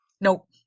Nope